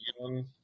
young